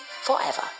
forever